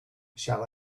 shall